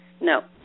No